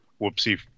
whoopsie